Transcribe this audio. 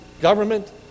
government